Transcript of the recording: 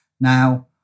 Now